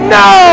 no